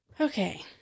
Okay